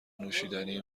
نوشیدنی